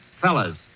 fellas